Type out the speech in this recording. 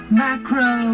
macro